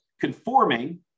conforming